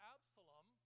Absalom